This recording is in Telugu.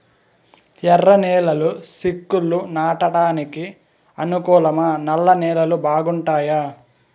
ఎర్రనేలలు చిక్కుళ్లు నాటడానికి అనుకూలమా నల్ల నేలలు బాగుంటాయా